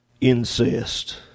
Incest